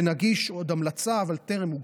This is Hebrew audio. עוד נגיש המלצה, אבל היא טרם הוגשה.